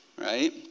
Right